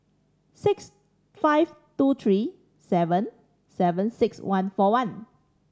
six five two three seven seven six one four one